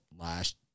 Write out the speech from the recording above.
last